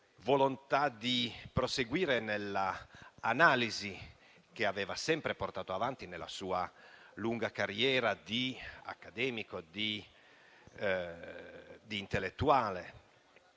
volontà di proseguire nell'analisi che aveva sempre portato avanti nella sua lunga carriera di accademico, di intellettuale